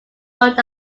road